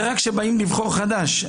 זה רק כשבאים לבחור חדש.